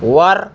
वर